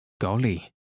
Golly